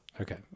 Okay